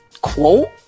quote